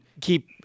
keep